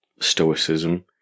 Stoicism